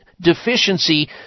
deficiency